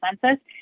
census